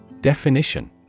Definition